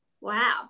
wow